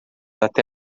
até